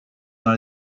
dans